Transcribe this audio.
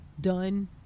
done